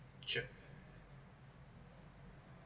cheap